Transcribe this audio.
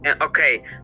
Okay